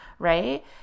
right